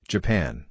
Japan